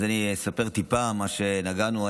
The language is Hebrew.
אז אני אספר טיפה, במה שנגענו.